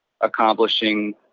accomplishing